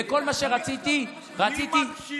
מי מקשיב?